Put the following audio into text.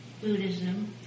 Buddhism